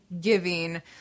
giving